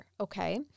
Okay